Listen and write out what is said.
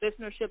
listenership